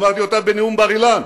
אמרתי אותה בנאום בר-אילן,